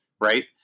Right